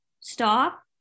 stop